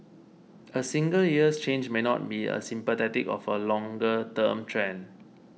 a single year's change may not be symptomatic of a longer term trend